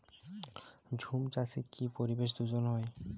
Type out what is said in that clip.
ঝুম চাষে কি পরিবেশ দূষন হয়?